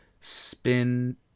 spin